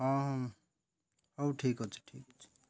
ହଁ ହଁ ହଉ ଠିକ୍ ଅଛି ଠିକ୍ ଅଛି